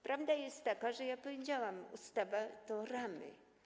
Prawda jest taka, jak powiedziałam, że ustawa to ramy.